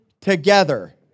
together